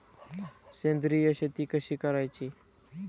सेंद्रिय शेती कशी करायची?